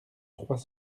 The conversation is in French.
trois